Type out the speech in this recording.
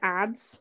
ads